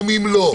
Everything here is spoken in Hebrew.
ימים לא.